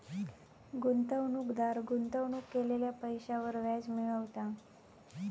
गुंतवणूकदार गुंतवणूक केलेल्या पैशांवर व्याज मिळवता